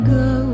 go